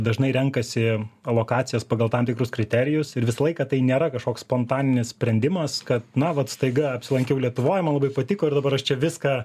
dažnai renkasi lokacijas pagal tam tikrus kriterijus ir visą laiką tai nėra kažkoks spontaninis sprendimas kad na vat staiga apsilankiau lietuvoj man labai patiko ir dabar aš čia viską